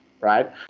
right